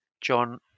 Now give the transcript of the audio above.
John